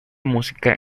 música